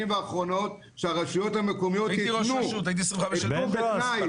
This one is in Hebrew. האחרונות, שהרשויות המקומיות ביקשו.